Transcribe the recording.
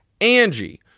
Angie